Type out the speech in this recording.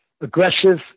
aggressive